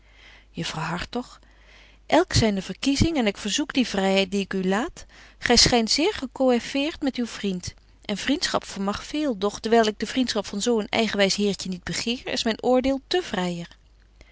juffrouw hartog elk zyne verkiezing en ik verzoek die vryheid die ik u laat gy schynt zeer gecoëffeert met uw vriend en vriendschap vermag veel doch dewyl ik de vriendschap van zo een eigenwys heertje niet begeer is myn oordeel te vryer